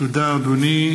תודה, אדוני.